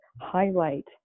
highlight